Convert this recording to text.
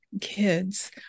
kids